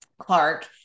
Clark